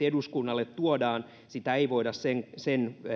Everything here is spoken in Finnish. eduskunnalle tuodaan sitä ei voida sen sen